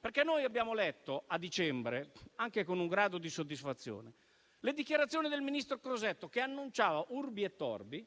dicembre abbiamo letto, anche con un certo grado di soddisfazione, le dichiarazioni del ministro Crosetto, che annunciava *urbi et orbi*